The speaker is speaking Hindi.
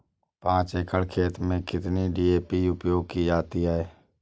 पाँच एकड़ खेत में कितनी डी.ए.पी उपयोग की जाती है?